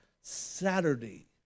Saturday